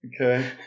Okay